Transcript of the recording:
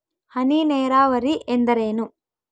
ಹನಿ ನೇರಾವರಿ ಎಂದರೇನು?